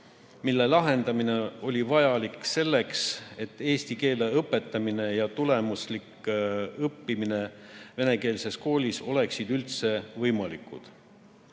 mille lahendamine oli vajalik selleks, et eesti keele õpetamine ja tulemuslik õppimine venekeelses koolis oleksid üldse võimalikud.